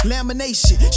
Lamination